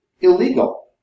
illegal